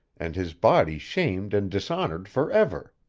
and his body shamed and dishonored for ever.